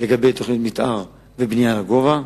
לגבי תוכנית מיתאר ובנייה לגובה,